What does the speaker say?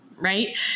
Right